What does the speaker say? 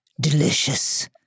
delicious